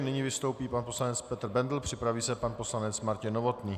Nyní vystoupí pan poslanec Petr Bendl, připraví se pan poslanec Martin Novotný.